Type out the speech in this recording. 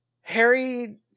Harry